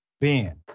Ben